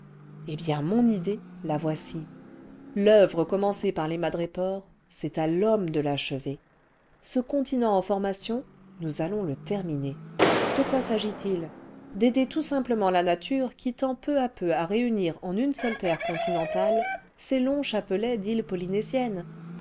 eh bien mon idée lai'voici l'oeuvre commencée par les madrépores c'est à l'homme de l'achever ce continent en formation nous allons le terminer de quoi s'agit-il d'aider tout simplement la nature quitend peu à peu à réunir en une seule terré continentale ces longs chapelets d'îles polynésiennes